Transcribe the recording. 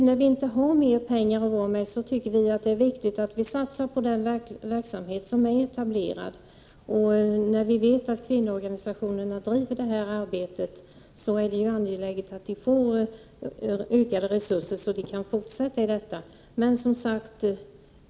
När det nu inte finns mer pengar är det viktigt att satsa på den verksamhet som är etablerad, och när vi vet att kvinnoorganisationerna bedriver detta arbete är det angeläget att de får ökade resurser, så att de kan fortsätta med detta.